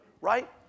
right